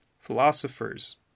Philosophers